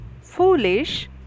Foolish